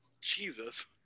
jesus